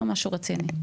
לא משהו רציני.